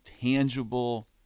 tangible